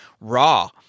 raw